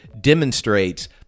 demonstrates